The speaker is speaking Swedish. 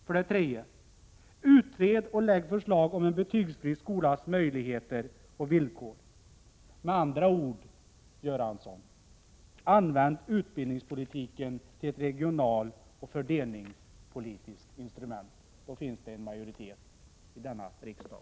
För det tredje: Utred och lägg fram förslag om en betygsfri skolas möjligheter och villkor. Med andra ord: Använd utbildningspolitiken som ett regionalt och fördelningspolitiskt instrument. Då finns det en majoritet för det i denna riksdag.